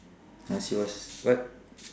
ya she was what